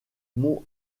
mont